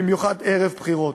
במיוחד ערב בחירות.